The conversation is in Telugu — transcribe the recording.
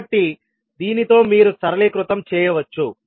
కాబట్టి దీనితో మీరు సరళీకృతం చేయవచ్చు